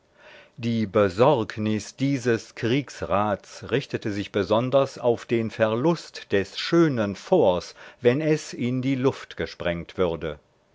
die besorgnis dieses kriegsrats richtete sich besonders auf den verlust des schönen forts wenn es in die luft gesprengt würde